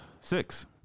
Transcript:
Six